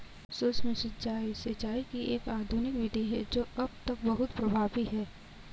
सूक्ष्म सिंचाई, सिंचाई की एक आधुनिक विधि है जो अब तक बहुत प्रभावी है